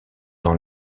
dans